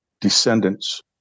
descendants